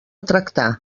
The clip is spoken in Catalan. tractar